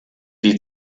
die